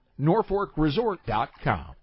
NorfolkResort.com